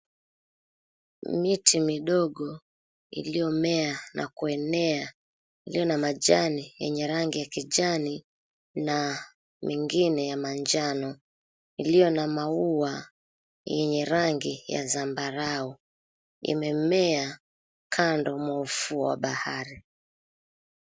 Miti midogo iliyomea na kuenea, iliyo na majani yenye rangi ya kijani na mengine ya manjano iliyo na maua yenye rangi ya zambarau, imemea kando mwa ufuo wa bahari.